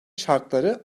şartları